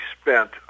spent